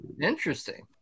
Interesting